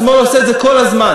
השמאל עושה את זה כל הזמן.